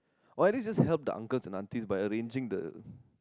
or at least help uncles and aunties by arranging the